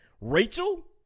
Rachel